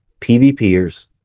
PVPers